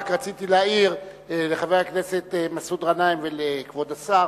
רציתי להעיר לחבר הכנסת מסעוד גנאים ולכבוד השר